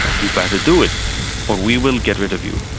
you'd better do it or we will get rid of you.